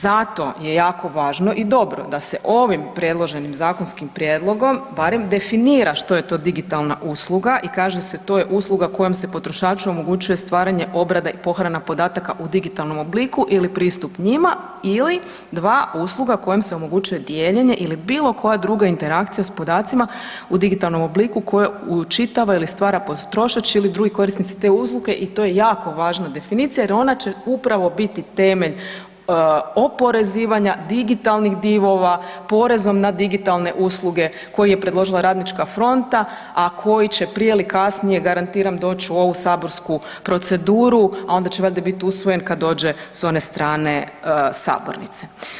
Zato je jako važno i dobro da se ovim predloženim zakonskim prijedlogom barem definira što je to digitalna usluga i kaže se to je usluga kojom se potrošaču omogućuje stvaranje, obrada i pohrana podataka u digitalnom obliku ili pristup njima ili dva usluga kojom se omogućuje dijeljenje ili bilo koja druga interakcija s podacima u digitalnom obliku koju učitava ili stvara potrošač ili drugi korisnici te usluge i to je jako važna definicija jer ona će upravo biti temelj oporezivanja digitalnih divova porezom na digitalne usluge koji je predložila Radnička fronta, a koji će prije ili kasnije garantiram doć u ovu saborsku proceduru, a onda će valjda bit usvojen kad dođe s one strane sabornice.